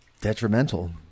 detrimental